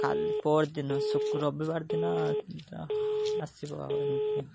କାଲି ପଅରଦିନ ଶୁକ୍ର ରବିବାର ଦିନ ଆସିବ ଆଉ ଏମିତି